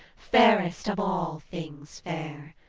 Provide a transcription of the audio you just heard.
fairest of all things fair!